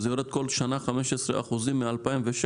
זה יורד כל שנה 15% מ-2016.